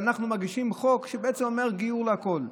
מגישים חוק שבעצם אומר: גיור לכול.